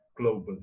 globally